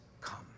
come